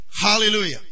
Hallelujah